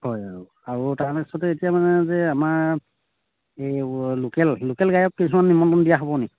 হয় আৰু আৰু তাৰপিছতে এতিয়া মানে যে আমাৰ এই লোকেল লোকেল গায়ক কিছুমান নিমন্ত্ৰণ দিয়া হ'বনি